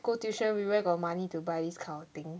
go tuition we where got money to buy this kind of thing